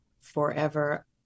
forever